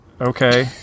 okay